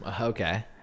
Okay